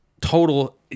Total